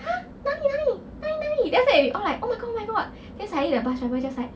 !huh! 哪里哪里哪里哪里 then after that we all like oh my god oh my god then suddenly the bus driver just like